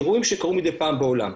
מאירועים שקרו מידי פעם בעולם.